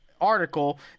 article